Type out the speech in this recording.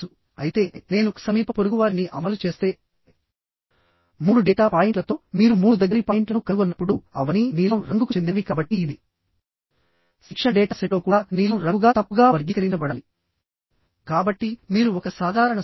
ఎప్పుడైతే రెండు ప్లేట్స్ ని కనెక్ట్ చేయవలసి వచ్చినప్పుడు మరియు అది టెన్షన్ P ని కలిగి ఉన్నప్పుడు బోల్ట్ కనెక్షన్ ని వాడుతారు అందులో చైన్ బోల్ట్టింగ్ వాడుతారు